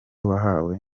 wahawe